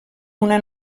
una